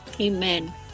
Amen